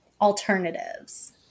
alternatives